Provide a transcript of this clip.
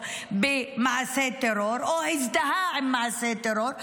במעשה טרור או הזדהה עם מעשה טרור,